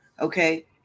okay